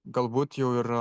galbūt jau ir